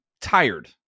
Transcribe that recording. tired